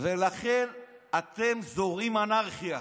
ולכן אתם זורעים אנרכיה,